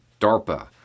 DARPA